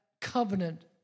covenant